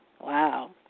Wow